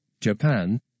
Japan